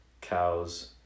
cows